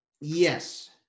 Yes